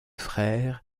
frères